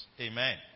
amen